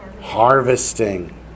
Harvesting